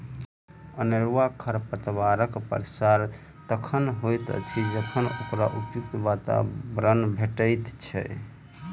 अनेरूआ खरपातक प्रसार तखन होइत अछि जखन ओकरा उपयुक्त वातावरण भेटैत छै